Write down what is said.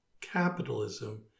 capitalism